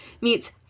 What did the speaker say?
meets